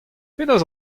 penaos